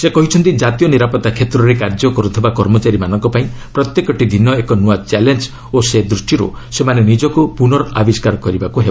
ସେ କହିଛନ୍ତି କାତୀୟ ନିରାପତ୍ତା ଷେତ୍ରରେ କାର୍ଯ୍ୟ କରୁଥିବା କର୍ମଚାରୀମାନଙ୍କ ପାଇଁ ପ୍ରତ୍ୟେକଟି ଦିନ ଏକ ନୂଆ ଚ୍ୟାଲେଞ୍ଜ ଓ ସେ ଦୃଷ୍ଟିରୁ ସେମାନେ ନିଜକୁ ପୁର୍ନଆବିଷ୍କାର କରିବାକୁ ହେବ